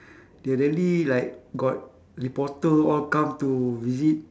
they really like got reporter all come to visit